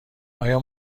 آیا